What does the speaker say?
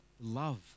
love